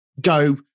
go